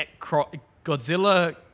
Godzilla